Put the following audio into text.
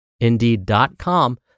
Indeed.com